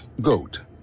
GOAT